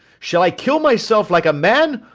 shall i kill myself like a man,